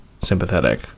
sympathetic